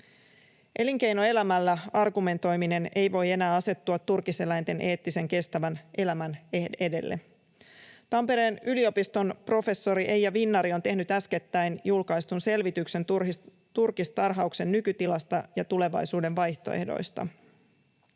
Elinkeinoelämällä argumentoiminen ei voi enää asettua turkiseläinten eettisen, kestävän elämän edelle. Tampereen yliopiston professori Eija Vinnari on tehnyt äskettäin julkaistun selvityksen turkistarhauksen nykytilasta ja tulevaisuuden vaihtoehdoista.